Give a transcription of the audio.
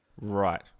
Right